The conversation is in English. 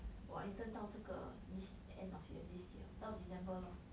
我 intern 到这个 this end of year this year 到 december lor